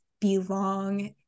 belong